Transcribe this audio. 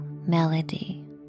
melody